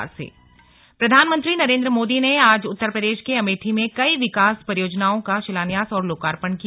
PM Amethi प्रधानमंत्री नरेन्द्र मोदी ने आज उत्तर प्रदेश के अमेठी में कई विकास परियोजनाओं शिलान्यास और लोकार्पण किया